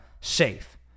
safe